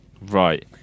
Right